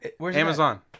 Amazon